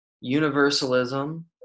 universalism